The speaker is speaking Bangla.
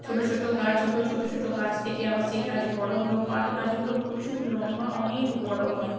ছোটো ছোটো গাছ ছোটো ছোটো ছোটো গাছ থেকে আবার সেই গাছ বড়ো হলো পাট গাচগুলো প্রচুর লম্বা অনেক বড়ো হয়